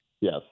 Yes